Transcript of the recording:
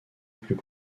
plus